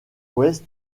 ouest